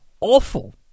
awful